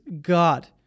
God